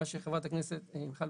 מה שחברת הכנסת מיכל